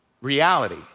reality